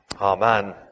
amen